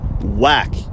whack